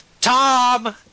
Tom